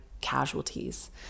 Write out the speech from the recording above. casualties